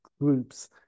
groups